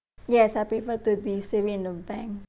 yes I prefer to be saving in a bank